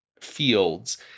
fields